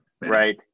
Right